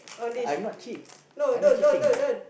I am not cheat I not cheating